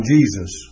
Jesus